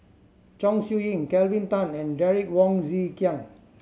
Chong Siew Ying Kelvin Tan and Derek Wong Zi Kiang